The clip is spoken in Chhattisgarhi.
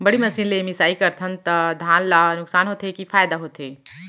बड़ी मशीन ले मिसाई करथन त धान ल नुकसान होथे की फायदा होथे?